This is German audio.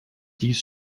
dies